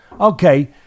Okay